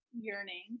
yearning